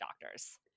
doctors